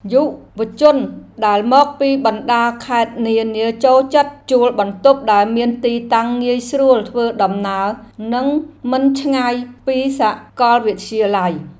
យុវជនដែលមកពីបណ្តាខេត្តនានាចូលចិត្តជួលបន្ទប់ដែលមានទីតាំងងាយស្រួលធ្វើដំណើរនិងមិនឆ្ងាយពីសាកលវិទ្យាល័យ។